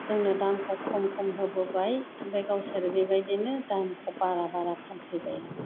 जोंनो दामखौ खम खम होबोबाय ओमफ्राय गावसोरो बेबायदिनो दामखौ बारा बारा फानफैबाय आरो